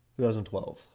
2012